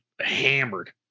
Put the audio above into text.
hammered